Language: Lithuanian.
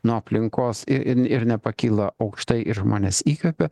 nuo aplinkos i ir nepakyla aukštai ir žmonės įkvepia